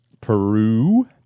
Peru